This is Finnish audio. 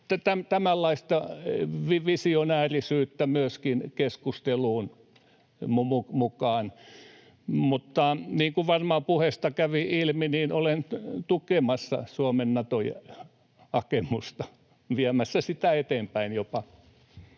Tämänlaista visionäärisyyttä myöskin keskusteluun mukaan. Mutta niin kuin varmaan puheesta kävi ilmi, niin olen tukemassa Suomen Nato-hakemusta, viemässä sitä eteenpäin